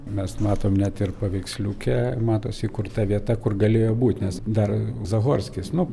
mes matom net ir paveiksliuke matosi kur ta vieta kur galėjo būti nes dar zahorskis nu